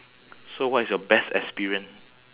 so what is your best experience